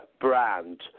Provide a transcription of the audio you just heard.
brand